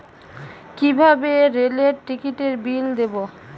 কিভাবে রেলের টিকিটের বিল দেবো?